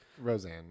Roseanne